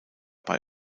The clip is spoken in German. bei